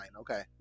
Okay